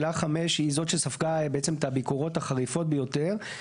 עילה 5 היא זו שספגה בעצם את הביקורות החריפות ביותר.